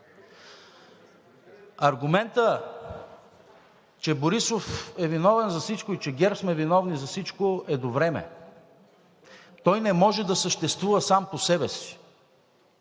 Аргументът, че Борисов е виновен за всичко и че ГЕРБ сме виновни за всичко, е до време. Той не може да съществува сам по себе си.